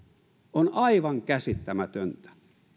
on aivan käsittämätöntä